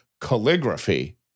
calligraphy